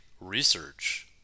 Research